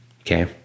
Okay